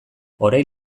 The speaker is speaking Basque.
orain